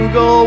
go